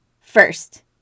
First